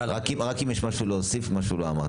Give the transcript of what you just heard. רק אם יש משהו להוסיף, מה שהוא לא אמר.